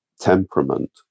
temperament